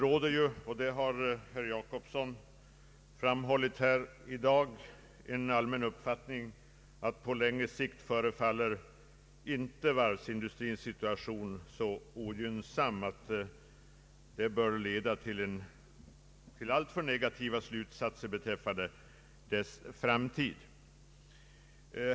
Som herr Jacobsson framhållit här i dag råder dock en allmän uppfattning att på längre sikt förefaller inte varvsindustrins situation så ogynnsam att man har anledning att vara alltför pessimistisk beträffande dess framtid.